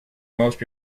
most